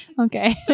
Okay